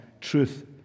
truth